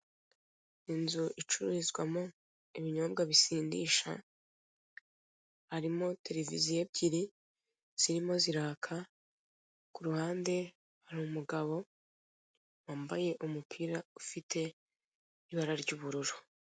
Inzu icururizwamo ibinyobwa bisindisha, harimo tereviziyo ebyiri zirimo ziraka, ku ruhande hari umugabo wambaye umupira ufite ibara ry'ubururu.